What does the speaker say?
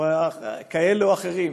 כאלה או אחרים,